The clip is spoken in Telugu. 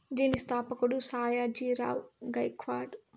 దీని స్థాపకుడు సాయాజీ రావ్ గైక్వాడ్